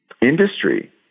industry